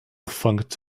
funked